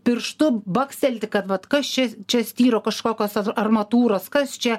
pirštu bakstelti kad vat kas čia čia styro kažkokios armatūros kas čia